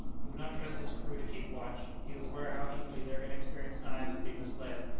he would not trust his crew to keep watch he was aware how easily their inexperienced eyes would be misled,